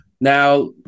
Now